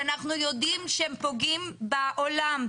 שאנחנו יודעים שהם פוגעים בעולם,